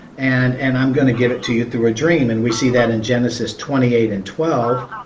and and i'm going to give it to you through a dream. and we see that in genesis twenty eight and twelve,